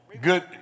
Good